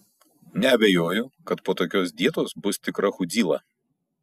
nebejoju kad po tokios dietos bus tikra chudzyla